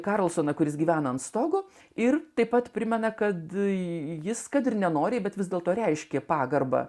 karlsoną kuris gyvena ant stogo ir taip pat primena kad į jis kad ir nenoriai bet vis dėlto reiškė pagarbą